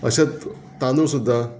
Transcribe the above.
तशेंच तांदूळ सुद्दां